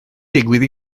digwydd